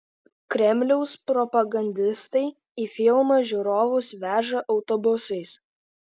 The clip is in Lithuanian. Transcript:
kremliaus propagandistai į filmą žiūrovus veža autobusais